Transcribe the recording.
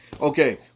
Okay